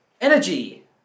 energy